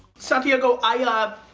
santiago, i, um